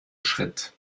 schritt